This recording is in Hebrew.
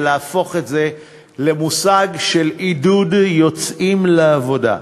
ולהפוך את זה למושג של "עידוד יוצאים לעבודה".